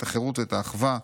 את החירות ואת האחווה,